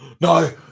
No